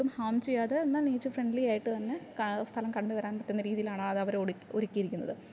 Ham ചെയ്യാതെ എന്നാൽ nature friendly ആയിട്ട് തന്നെ കാ സ്ഥലം കണ്ടുവരാൻ പറ്റുന്ന രീതിയിലാണ് അവര് ഒട് ഒരുക്കിയിരിക്കുന്നത്